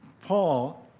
Paul